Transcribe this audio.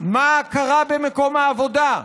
מה קרה במקום העבודה,